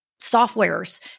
softwares